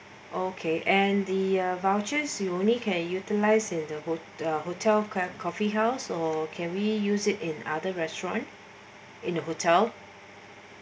okay and the vouchers you only can utilise the hotel hotel clerk coffeehouse or can we use it in other restaurant in the hotel